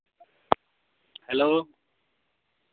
hello